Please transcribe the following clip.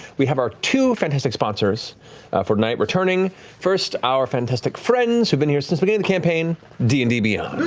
we have our two fantastic sponsors for tonight. returning first, our fantastic friends who've been here since we gave the campaign d and d beyond!